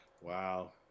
Wow